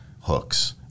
hooks